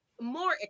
more